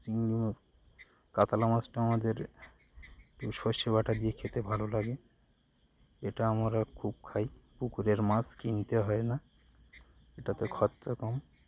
চিংড়ি মাছ কাতলা মাছটা আমাদের সর্ষে বাটা দিয়ে খেতে ভালো লাগে এটা আমরা খুব খাই পুকুরের মাছ কিনতে হয় না এটাতে খরচা কম